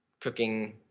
cooking